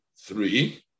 three